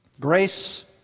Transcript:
grace